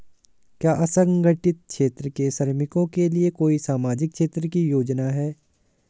क्या असंगठित क्षेत्र के श्रमिकों के लिए कोई सामाजिक क्षेत्र की योजना है?